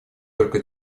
только